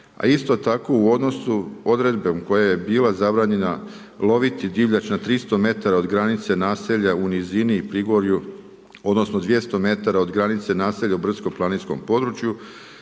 A isto tako u odnosu odredbom koja je bila zabranjena loviti divljač na 300 m od granice naselja u nizini i prigorju, odnosno, 200 m od granice naselja u brdsko planinskom području,